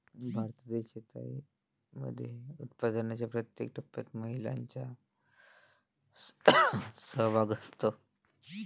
भारतातील शेतीमध्ये उत्पादनाच्या प्रत्येक टप्प्यात महिलांचा सहभाग असतो